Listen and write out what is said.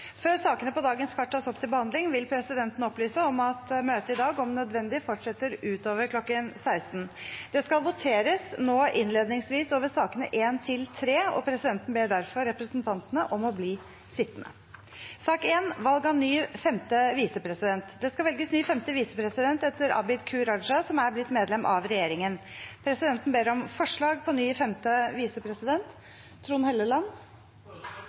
vil presidenten opplyse om at møtet i dag om nødvendig fortsetter utover kl. 16. Det vil nå innledningsvis bli votert over sakene nr. 1–3, og presidenten ber derfor representantene om å bli sittende. Det skal velges ny femte visepresident etter Abid Q. Raja, som er blitt medlem av regjeringen. Presidenten ber om forslag på ny femte visepresident.